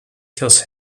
kills